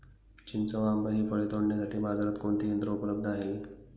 चिंच व आंबा हि फळे तोडण्यासाठी बाजारात कोणते यंत्र उपलब्ध आहे?